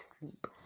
sleep